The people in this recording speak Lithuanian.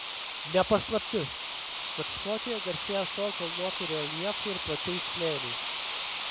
ne paslaptis kad škotija garsėja savo kalnuotu reljefu ir plačiais slėniais